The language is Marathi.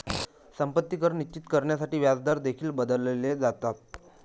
संपत्ती कर निश्चित करण्यासाठी व्याजदर देखील बदलले जातात